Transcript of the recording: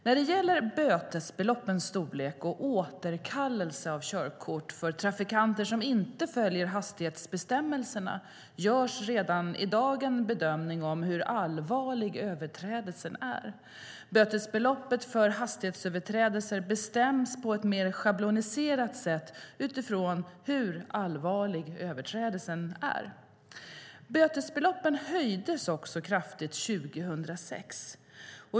När det gäller bötesbeloppens storlek och återkallelse av körkort för trafikanter som inte följer hastighetsbestämmelserna görs redan i dag en bedömning av hur allvarlig överträdelsen är. Bötesbeloppen för hastighetsöverträdelser bestäms på ett mer schabloniserat sätt utifrån hur allvarlig överträdelsen är. Bötesbeloppen höjdes också kraftigt 2006.